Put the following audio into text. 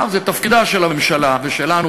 זה תפקידה של הממשלה ושלנו,